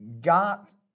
got